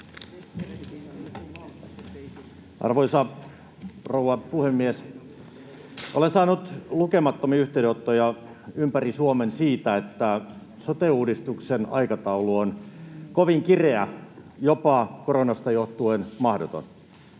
Arvoisa rouva puhemies! Olen saanut lukemattomia yhteydenottoja ympäri Suomen siitä, että sote-uudistuksen aikataulu on kovin kireä, koronasta johtuen jopa mahdoton.